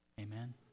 Amen